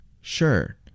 Sure